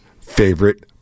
favorite